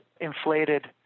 inflated